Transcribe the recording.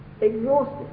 exhausted